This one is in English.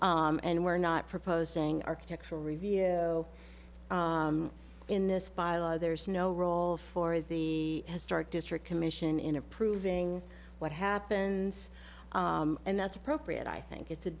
and we're not proposing architectural review so in this bylaw there is no role for the historic district commission in approving what happens and that's appropriate i think it's a